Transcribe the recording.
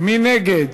מי נגד?